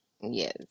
Yes